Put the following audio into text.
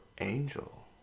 angel